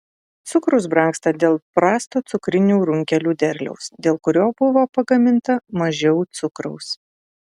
cukrus brangsta dėl prasto cukrinių runkelių derliaus dėl kurio buvo pagaminta mažiau cukraus